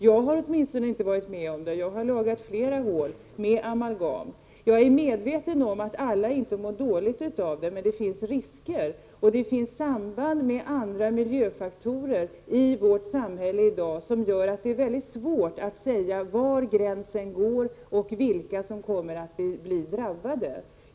Jag har åtminstone inte varit med om det, och jag har lagat flera hål, med amalgam. Jag är medveten om att alla inte mår dåligt av amalgam, men det finns risker med det och det finns samband med andra miljöfaktorer i vårt samhälle i dag som gör att det är väldigt svårt att säga var gränsen går och vilka som kommer att bli drabbade.